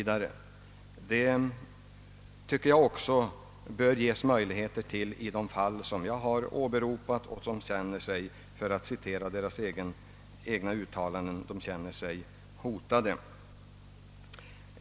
Jag tycker att sådana möjligheter bör ges också i de fall jag har åberopat — de företagen känner sig emellertid enligt egna uppgifter hotade på grund av att rådrum inte skall ges.